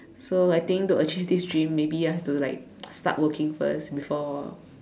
so I think to achieve this dreams maybe I have to like start working first before